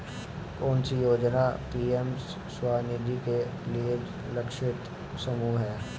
कौन सी योजना पी.एम स्वानिधि के लिए लक्षित समूह है?